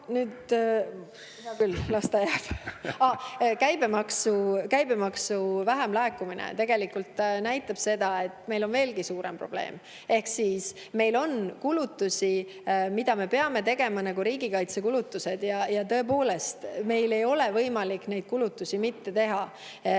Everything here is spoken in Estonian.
Käibemaksu vähemlaekumine näitab seda, et meil on veelgi suurem probleem. Meil on kulutusi, mida me peame tegema, nagu riigikaitsekulutused. Meil ei ole võimalik neid kulutusi mitte teha.